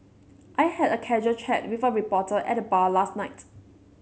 I had a casual chat with a reporter at the bar last night